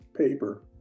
paper